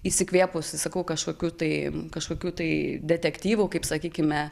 įsikvėpus iš sakau kažkokių tai kažkokių tai detektyvų kaip sakykime